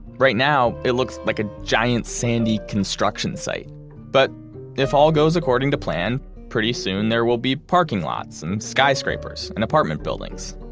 right now it looks like a giant sandy construction site but if all goes according to plan pretty soon there will be parking lots and skyscrapers and apartment buildings.